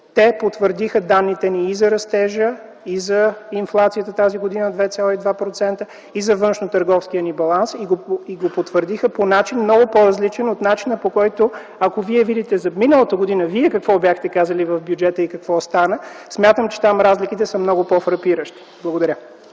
Те потвърдиха данните ни и за растежа, и за инфлацията тази година 2,2%, и за външнотърговския ни баланс. И го потвърдиха по начин много по-различен от начина, по който - ако видите за миналата година вие какво бяхте казали в бюджета и какво остана, смятам, че там разликите са много по-фрапиращи. Благодаря.